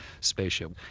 spaceship